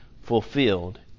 fulfilled